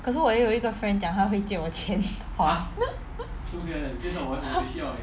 可是我也有一个 friend 讲他会借我钱还